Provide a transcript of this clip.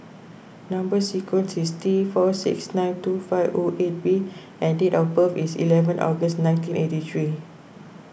Number Sequence is T four six nine two five O eight B and date of birth is eleven August nineteen eighty three